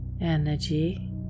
energy